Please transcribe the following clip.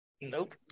Nope